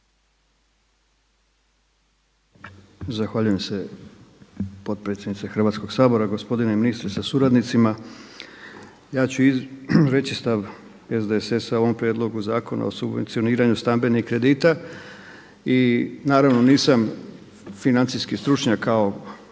Zahvaljujem se potpredsjednice Hrvatskoga sabora, gospodine ministre sa suradnicima. Ja ću reći stav SDSS-a o ovome prijedlogu Zakona o subvencioniranju stambenih kredita. I naravno nisam financijski stručnjak kao